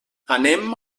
anem